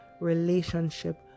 relationship